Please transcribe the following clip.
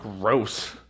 Gross